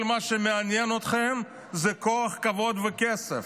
כל מה שמעניין אתכם זה כוח, כבוד וכסף.